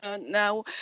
now